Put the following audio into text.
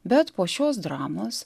bet po šios dramos